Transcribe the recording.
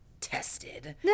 tested